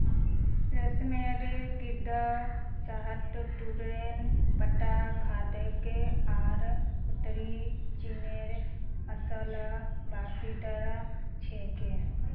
रेशमेर कीड़ा शहतूतेर पत्ता खाछेक आर उत्तरी चीनेर असल बाशिंदा छिके